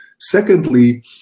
Secondly